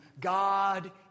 God